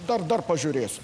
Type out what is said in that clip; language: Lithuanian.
dar dar pažiūrėsim